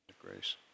Grace